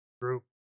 group